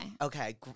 okay